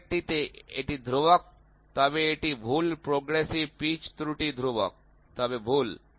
আগেরটিতে এটি ধ্রুবক তবে এটি ভুল প্রগ্রেসিভ পিচ ত্রুটি ধ্রুবক তবে ভুল